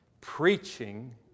preaching